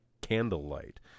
candlelight